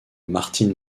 martine